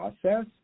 process